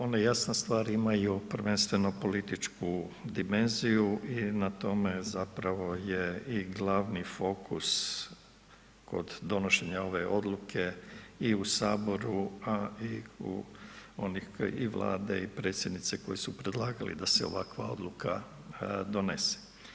One jasna stvar imaju prvenstveno političku dimenziju i na tome zapravo je i glavni fokus kod donošenja ove odluke i u Saboru a i u i Vlade i predsjednice koje su predlagali da se ovakva odluka donese.